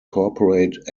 corporate